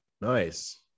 Nice